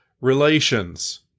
relations